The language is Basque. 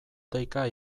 deika